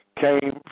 came